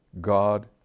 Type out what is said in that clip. God